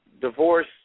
divorce